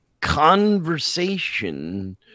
conversation